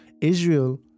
Israel